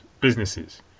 businesses